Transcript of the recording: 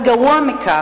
אבל גרוע מכך,